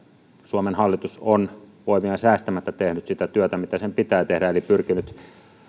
suomen hallitus on voimia säästämättä tehnyt sitä työtä mitä sen pitää tehdä eli pyrkinyt